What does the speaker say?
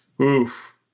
Oof